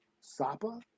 sapa